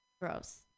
gross